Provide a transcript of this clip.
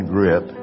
Grip